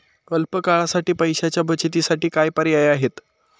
अल्प काळासाठी पैशाच्या बचतीसाठी काय पर्याय आहेत?